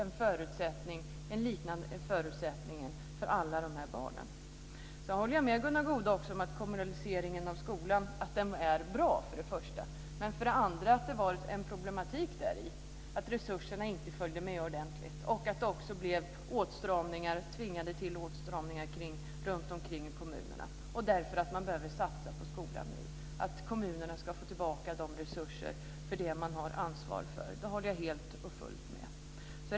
Jag håller också med Gunnar Goude om att kommunaliseringen av skolan var bra, men det fanns ett problem och det var att resurserna inte följde med ordentligt, vilket ledde till åtstramningar i kommunerna. Det är därför som man behöver satsa på skolan nu. Kommunerna bör få tillbaka de resurserna, det håller jag helt och fullt med om.